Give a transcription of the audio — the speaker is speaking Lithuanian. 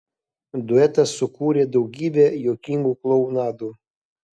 duetas sukūrė daugybę juokingų klounadų